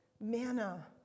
manna